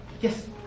Yes